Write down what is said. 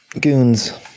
goons